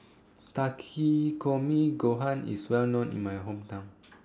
Takikomi Gohan IS Well known in My Hometown